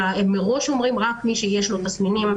אלא מראש אומרים שרק מי שיש לו תסמינים,